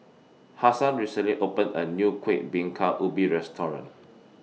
Hassan recently opened A New Kueh Bingka Ubi Restaurant